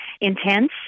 intense